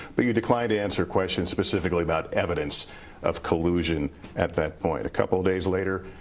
but you decline to answer questions specifically about evidence of collusion at that point. a couple of days later,